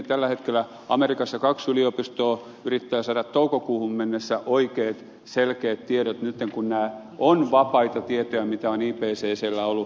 tällä hetkellä amerikassa kaksi yliopistoa yrittää saada toukokuuhun mennessä oikeat selkeät tiedot nytten kun nämä ovat vapaita tietoja mitä on ipccllä ollut hallussaan